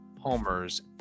homers